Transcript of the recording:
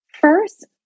First